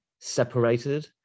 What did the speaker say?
separated